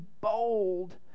bold